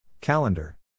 Calendar